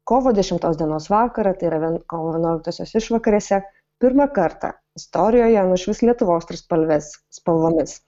kovo dešimtos dienos vakarą tai yra vien kovo vienuoliktosios išvakarėse pirmą kartą istorijoje nušvis lietuvos trispalvės spalvomis